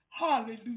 Hallelujah